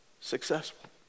Successful